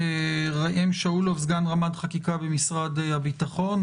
ראם שאולוף, סגן רמ"ד חקיקה במשרד הביטחון.